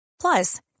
Plus